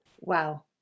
Wow